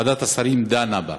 ועדת השרים דנה בה.